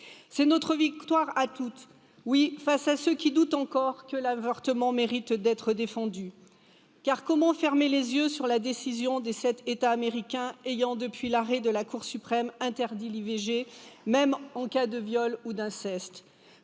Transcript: c'est notre victoire à toutes, oui face à ceux qui doutent encore que l'avortement mérite d'être défendu car comment fermer les yeux sur la décision des sept États américains ayant depuis l'arrêt de la Cour suprême interdit en cas de viol ou d'inceste,